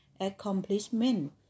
accomplishment